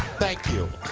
thank you.